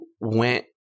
went